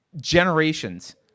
generations